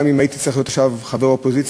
גם אם הייתי צריך להיות עכשיו חבר אופוזיציה,